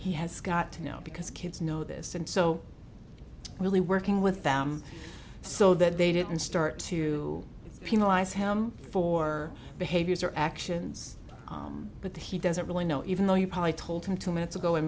he has got to now because kids know this and so really working with them so that they didn't start to penalize him for behaviors or actions but he doesn't really know even though you probably told him two minutes ago and